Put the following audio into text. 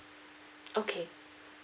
okay